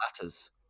matters